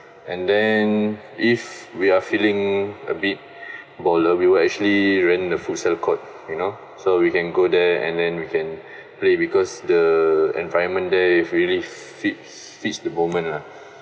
and then if we are feeling a bit baller we will actually rent the futsal court you know so we can go there and then we can play because the environment there it really fits fits the moment lah